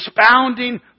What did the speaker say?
expounding